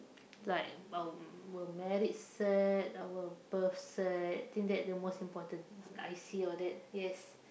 like our our married cert our birth cert think that the most important I_C all that yes